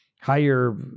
higher